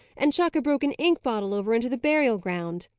and chuck a broken ink-bottle over into the burial-ground.